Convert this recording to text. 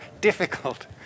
difficult